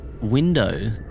window